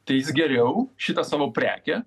tai jis geriau šitą savo prekę